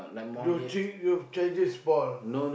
your change your charger spoil